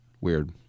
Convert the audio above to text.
Weird